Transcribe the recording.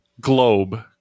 globe